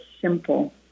simple